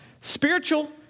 Spiritual